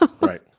Right